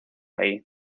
ahí